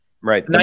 Right